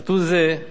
נתון זה,